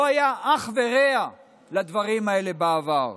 לא היה אח ורע לדברים האלה בעבר.